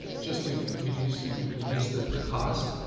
just to reduce you know reduce the the cost,